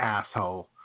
Asshole